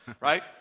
right